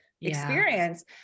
experience